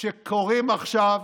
שקורים עכשיו